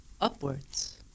upwards